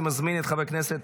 אני מזמין את חבר הכנסת